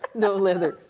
no leather.